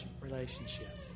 relationship